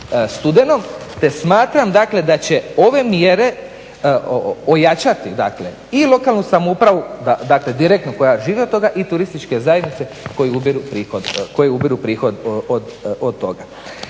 studenom te smatram dakle da će ove mjere ojačati dakle i lokalnu samoupravu direktno koja živi od toga i turističke zajednice koje ubiru prihod od toga.